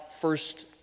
first